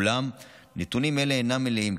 אולם נתונים אלה אינם מלאים,